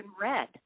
red